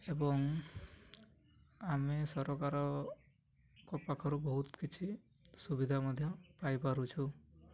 ଏବଂ ଆମେ ସରକାରଙ୍କ ପାଖରୁ ବହୁତ କିଛି ସୁବିଧା ମଧ୍ୟ ପାଇପାରୁଛୁ